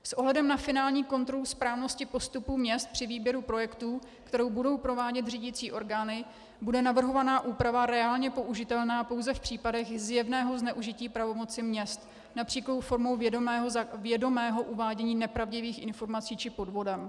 S ohledem na finální kontrolu správnosti postupu měst při výběru projektů, kterou budou provádět řídicí orgány, bude navrhovaná úprava reálně použitelná pouze v případech zjevného zneužití pravomoci měst, například formou vědomého uvádění nepravdivých informací či podvodem.